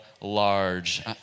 large